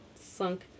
sunk